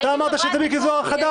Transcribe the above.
אתה אמרת שזה מיקי זוהר החדש.